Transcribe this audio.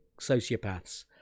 sociopaths